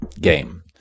game